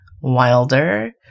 wilder